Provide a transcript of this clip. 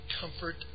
comfort